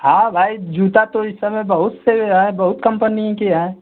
हाँ भाई जूता तो इस समय बहुत से हैं बहुत कंपनी के हैं